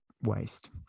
waste